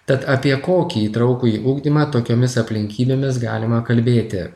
tad apie kokį įtraukųjį ugdymą tokiomis aplinkybėmis galima kalbėti